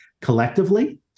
collectively